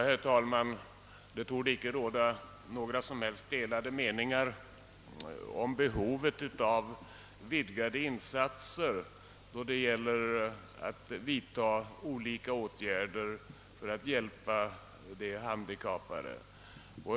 Herr talman! Det torde inte råda några som helst delade meningar om behovet av vidgade insatser då det gäller att hjälpa handikappade.